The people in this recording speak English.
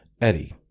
Eddie